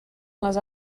les